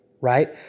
right